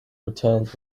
returns